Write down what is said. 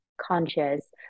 conscious